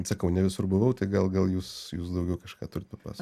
sakau ne visur buvau tai gal gal jūs jūs daugiau kažką turit papasakot